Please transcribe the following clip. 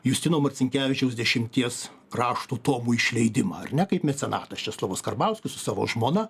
justino marcinkevičiaus dešimties raštų tomų išleidimą ar ne kaip mecenatas česlovas karbauskis su savo žmona